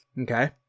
okay